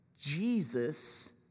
Jesus